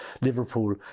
Liverpool